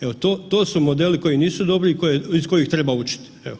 Evo to su modeli koji nisu dobri i iz kojih treba učit.